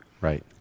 right